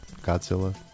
Godzilla